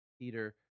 peter